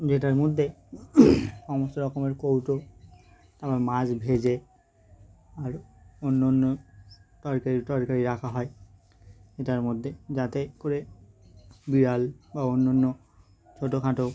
যেটার মধ্যে সমস্ত রকমের কৌটো তারপর মাছ ভেজে আর অন্য অন্য তরকারি টরকারি রাখা হয় এটার মধ্যে যাতে করে বিড়াল বা অন্যন্য ছোটোখাটো